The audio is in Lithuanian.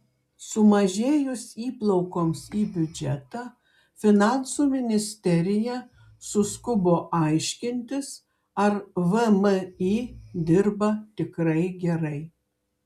sumažėjus įplaukoms į biudžetą finansų ministerija suskubo aiškintis ar vmi dirba tikrai gerai